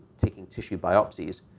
taking tissue biopsies,